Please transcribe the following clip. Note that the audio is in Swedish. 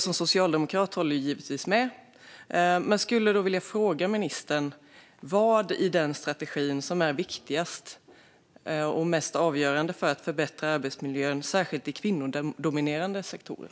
Som socialdemokrat håller jag givetvis med, men jag skulle vilja fråga ministern vad i den strategin som är viktigast och mest avgörande för att förbättra arbetsmiljön särskilt i kvinnodominerade sektorer.